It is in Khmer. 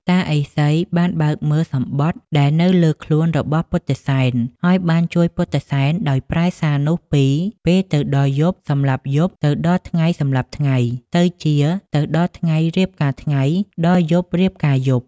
តាឥសីបានបើកមើលសំបុត្រដែលនៅលើខ្លួនរបស់ពុទ្ធិសែន ហើយបានជួយពុទ្ធិសែនដោយប្រែសារនោះពី "ពេលទៅដល់យប់សម្លាប់យប់ ទៅដល់ថ្ងៃសម្លាប់ថ្ងៃ" ទៅជា "ទៅដល់ថ្ងៃរៀបការថ្ងៃ ដល់យប់រៀបការយប់"។